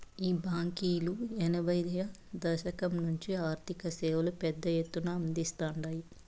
ఈ బాంకీలు ఎనభైయ్యో దశకం నుంచే ఆర్థిక సేవలు పెద్ద ఎత్తున అందిస్తాండాయి